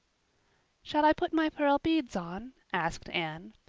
shall i put my pearl beads on? asked anne.